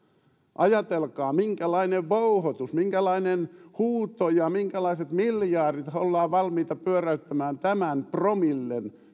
ajatelkaa minkälainen vouhotus minkälainen huuto ja minkälaiset miljardit ollaan valmiita pyöräyttämään tämän promillen